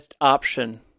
option